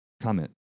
Comment